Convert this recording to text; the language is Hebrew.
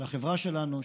של החברה שלנו,